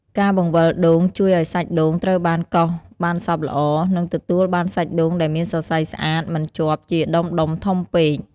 ការបង្វិលដូងជួយឱ្យសាច់ដូងត្រូវបានកោសបានសព្វល្អ និងទទួលបានសាច់ដូងដែលមានសរសៃស្អាតមិនជាប់ជាដុំៗធំពេក។